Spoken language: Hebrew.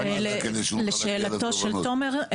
לשאלתו של תומר,